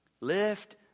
Lift